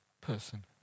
person